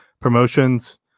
promotions